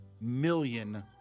million